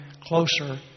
closer